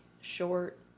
short